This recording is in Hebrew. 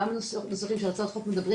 וגם נושאים נוספים שהצעות חוק מדברים